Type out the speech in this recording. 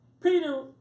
Peter